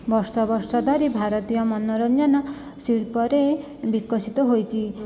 ବର୍ଷ ବର୍ଷ ଧରି ଭାରତୀୟ ମନୋରଞ୍ଜନ ଶିଳ୍ପରେ ବିକଶିତ ହୋଇଛି